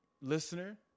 listener